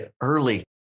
early